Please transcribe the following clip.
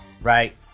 right